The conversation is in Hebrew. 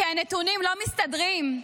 כי הנתונים לא מסתדרים.